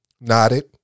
nodded